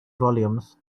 volumes